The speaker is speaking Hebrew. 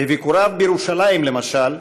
בביקוריו בירושלים, למשל,